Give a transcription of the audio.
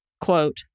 quote